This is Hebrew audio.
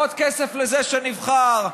עוד כסף לזה שנבחר,